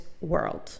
world